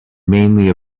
mainly